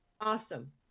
Awesome